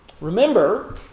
Remember